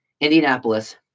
Indianapolis